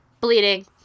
Bleeding